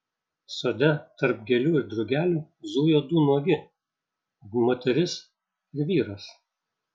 sode tarp gėlių ir drugelių zujo du nuogi moteris ir vyras